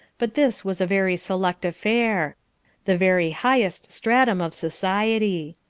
but this was a very select affair the very highest stratum of society.